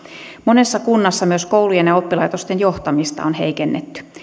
monessa kunnassa myös koulujen ja oppilaitosten johtamista on heikennetty